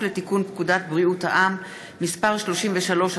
לתיקון פקודת בריאות העם (מס' 33),